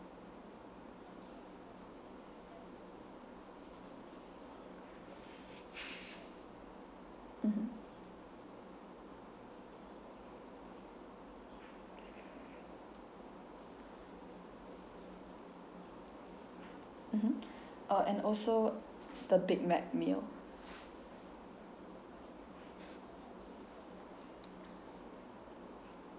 mmhmm mmhmm uh and also the Big Mac meal